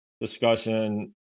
discussion